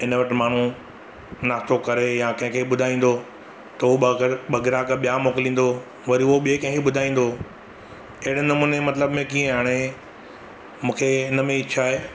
हिन वटि माण्हू नाश्ते करे या कंहिंखे ॿुधाईंदो तो उहो ॿ ग्राहक ॿिया मोकिलींदो वरी उहों ॿे कंहिंखे ॿुधाईंदो अहिड़े नमूने मतिलबु में कीअं हाणे मूंखे हिनमें ई इच्छा आहे